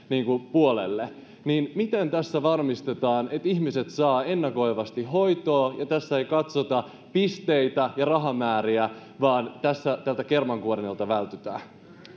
puolelle niin miten tässä varmistetaan että ihmiset saavat ennakoivasti hoitoa ja tässä ei katsota pisteitä ja rahamääriä vaan tässä tältä kermankuorinnalta vältytään